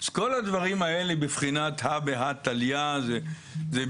אז כל הדברים האלה בבחינת הא בהא תליה, זאת